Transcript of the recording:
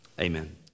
amen